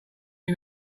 you